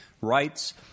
rights